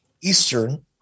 Eastern